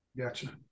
Gotcha